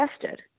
tested